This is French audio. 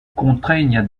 contraignent